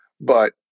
but-